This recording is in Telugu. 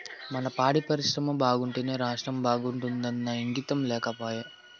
మన పాడి పరిశ్రమ బాగుంటేనే రాష్ట్రం బాగుంటాదన్న ఇంగితం లేకపాయే